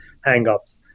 hang-ups